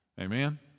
Amen